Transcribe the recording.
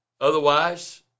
Otherwise